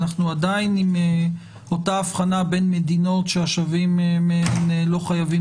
אנחנו עדיין עם אותה הבחנה בין מדינות מהן שהשבים לא חייבים